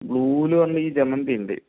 ബ്ല്യൂയിൽ വന്ന് ഈ ജമന്തി ഉണ്ട്